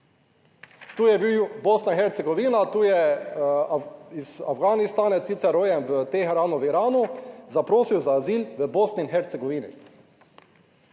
Tu je bil Bosna in Hercegovina, tu je iz Afganistana, sicer rojen v Teheranu v Iranu, zaprosil za azil v Bosni in Hercegovini.